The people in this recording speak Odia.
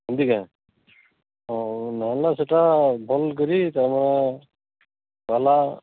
ଏମତିକା ହଉ ନହେଲେ ସେଇଟା ଭଲ୍ କରି ତାର୍ମାନେ ଗଲା